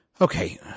Okay